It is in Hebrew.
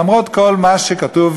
למרות כל מה שכתוב,